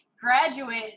graduate